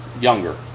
younger